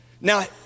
Now